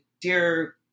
dear